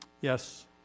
Yes